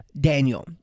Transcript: daniel